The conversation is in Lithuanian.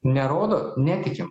nerodot netikim